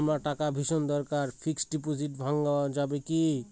আমার টাকার ভীষণ দরকার ফিক্সট ডিপোজিট ভাঙ্গানো যাবে কি?